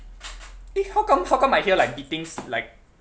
eh how come how come I hear I hear like beatings like